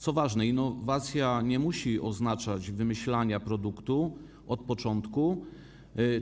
Co ważne, innowacja nie musi oznaczać wymyślania produktu od początku,